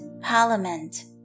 Parliament